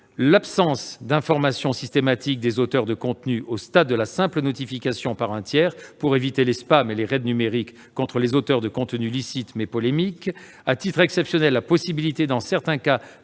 l'absence d'information systématique des auteurs de contenus au stade de la simple notification par un tiers, et ce pour éviter les spams et les raids numériques contre les auteurs de contenus licites, mais polémiques. Par ailleurs, à titre exceptionnel, nous avons envisagé la possibilité, dans certains cas,